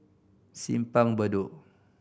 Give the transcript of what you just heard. Simpang Bedok